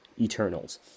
Eternals